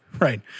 right